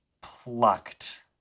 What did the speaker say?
plucked